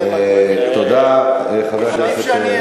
וזה טוב,